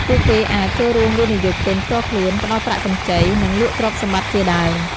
ពួកគេអាច ចូលរួមវិនិយោគទុនផ្ទាល់ខ្លួន ផ្តល់ប្រាក់កម្ចី និងលក់ទ្រព្យសម្បត្តិជាដើម។